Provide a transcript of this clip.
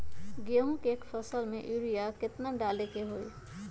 गेंहू के एक फसल में यूरिया केतना डाले के होई?